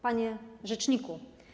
Panie Rzeczniku!